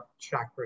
chakra